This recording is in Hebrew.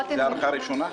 זאת הארכה ראשונה.